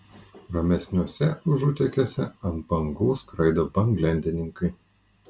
ramesniuose užutekiuose ant bangų skraido banglentininkai